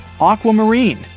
Aquamarine